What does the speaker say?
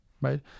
right